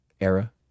Era